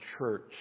church